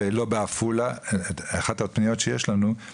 ולא בעפולה, אחת הפניות שיש לנו היא